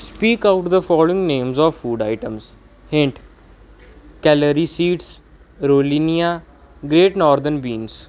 speak out the following names of food items hint celery seeds ਰੋਲਨੀਆ great northern beans